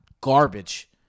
garbage